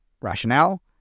rationale